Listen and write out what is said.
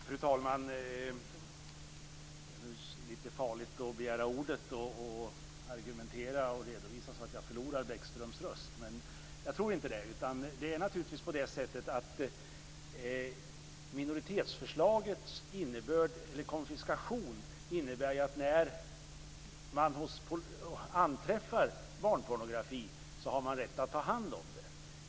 Fru talman! Det kan vara litet farligt att begära ordet och argumentera och redovisa så att jag förlorar Bäckströms röst, men jag tror inte det. Det är naturligtvis på det sättet att i minoritetsförslaget innebär konfiskation att när man anträffar barnpornografi har man rätt att ta hand om det.